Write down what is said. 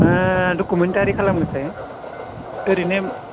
documentary खालामनोसै ओरैनो